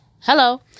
Hello